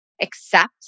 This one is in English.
accept